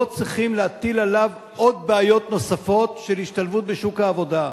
לא צריכים להטיל עליו עוד בעיות נוספות של השתלבות בשוק העבודה.